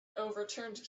overturned